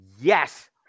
Yes